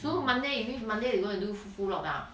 so monday and which monday they going to do f~ full lock down